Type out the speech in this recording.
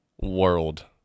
world